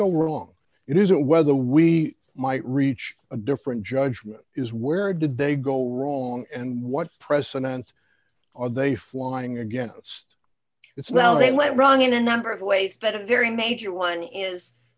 go wrong it isn't whether we might reach a different judgment is where did they go wrong and what precedents are they flying against it's now they went wrong in a number of ways but a very major one is